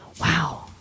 Wow